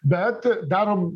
bet darom